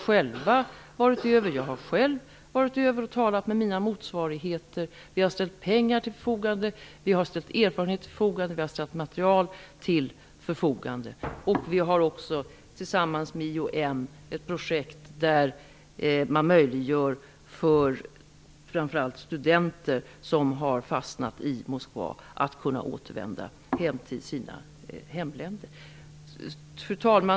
Jag har själv varit dit och talat med mina motsvarigheter där. Vi har ställt pengar, erfarenhet och material till förfogande, och vi driver också tillsammans med IOM ett projekt som möjliggör för framför allt studenter som har fastnat i Moskva att återvända till sina hemländer. Fru talman!